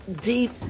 deep